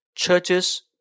churches